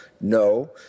no